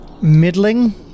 Middling